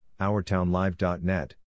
OurTownLive.net